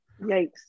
yikes